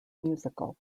musical